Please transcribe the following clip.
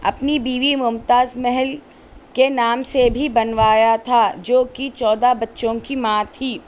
اپنی بیوی ممتاز محل کے نام سے بھی بنوایا تھا جو کہ چودہ بچوں کی ماں تھی